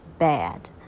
bad